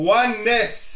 oneness